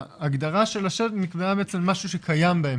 ההגדרה של השטח נקבעה על פי משהו שקיים בהם,